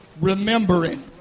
remembering